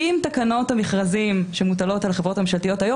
עם תקנות המכרזים שמוטלות על החברות הממשלתיות היום,